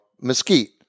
mesquite